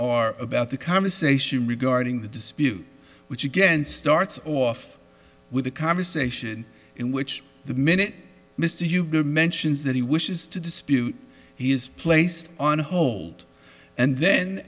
are about the conversation regarding the dispute which again starts off with a conversation in which the minute mr huber mentions that he wishes to dispute he is placed on hold and then